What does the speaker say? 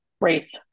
race